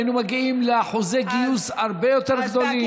היינו מגיעים לאחוזי גיוס הרבה יותר גדולים.